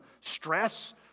stress